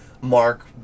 mark